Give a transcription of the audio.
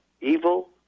evil